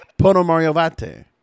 Ponomariovate